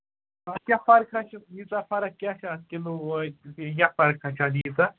اَتھ کیٛاہ فرقا چھِ ییٖژاہ فرق کیٛاہ چھِ اَتھ کِلوٗ وٲے بیٚیہِ کیٛاہ فرقاہ چھِ اتھ ییٖژاہ